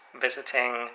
visiting